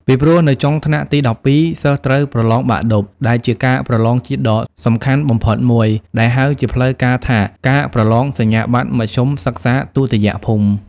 ពីព្រោះនៅចុងថ្នាក់ទី១២ សិស្សត្រូវប្រឡងបាក់ឌុប ដែលជាការប្រឡងជាតិដ៏សំខាន់បំផុតមួយ ដែលហៅជាផ្លូវការថាការប្រឡងសញ្ញាបត្រមធ្យមសិក្សាទុតិយភូមិ។